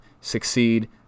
Succeed